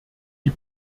die